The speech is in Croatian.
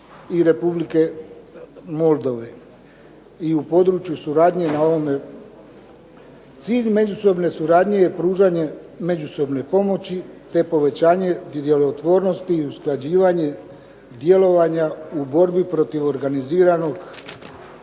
i Republike Moldove i u području suradnje na ovome. Cilj međusobne suradnje je pružanje međusobne pomoći, te povećanje djelotvornosti i usklađivanje djelovanja u borbi protiv organiziranog